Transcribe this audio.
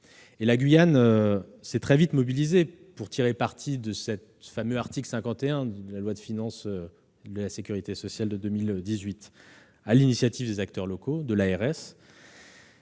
La Guyane s'est très vite mobilisée pour tirer parti de l'article 51 de la loi de financement de la sécurité sociale de 2018. Sur l'initiative des acteurs locaux et de l'ARS,